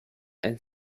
and